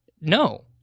No